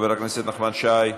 חבר הכנסת נחמן שי,